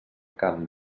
camp